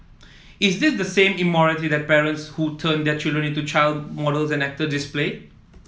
is this the same immorality that parents who turn their children into child models and actor display